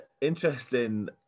interesting